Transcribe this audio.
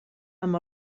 amb